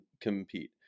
compete